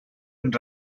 and